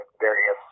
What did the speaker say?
various